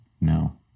No